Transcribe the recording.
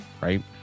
right